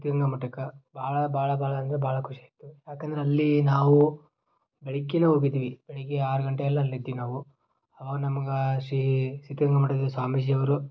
ಸಿದ್ಧಗಂಗಾ ಮಠಕ್ಕೆ ಭಾಳ ಭಾಳ ಭಾಳ ಅಂದ್ರೆ ಭಾಳ ಖುಷಿ ಆಯಿತು ಯಾಕಂದ್ರೆ ಅಲ್ಲೀ ನಾವೂ ಬೆಳಗ್ಗೇನೆ ಹೋಗಿದ್ವಿ ಬೆಳಗ್ಗೆ ಆರು ಗಂಟೆ ಎಲ್ಲ ಅಲ್ಲಿದ್ದು ನಾವು ಆವಾಗ ನಮ್ಗೆ ಶ್ರೀ ಸಿದ್ಧಗಂಗಾ ಮಠದ ಸ್ವಾಮೀಜಿಯವರು